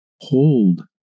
Hold